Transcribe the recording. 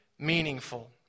Meaningful